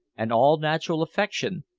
and all natural affection,